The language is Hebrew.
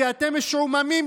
כי אתם משועממים.